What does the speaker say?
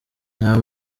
nta